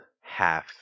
half